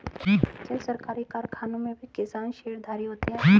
क्या सरकारी कारखानों में भी किसान शेयरधारी होते हैं?